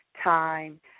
time